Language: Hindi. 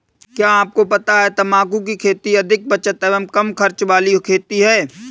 क्या आपको पता है तम्बाकू की खेती अधिक बचत एवं कम खर्च वाली खेती है?